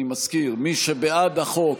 אני מזכיר: מי שבעד החוק